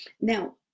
now